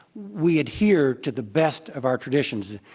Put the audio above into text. we adhere to the best of our traditions.